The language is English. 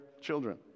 children